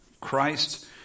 Christ